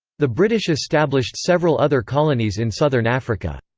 the british established several other colonies in southern africa.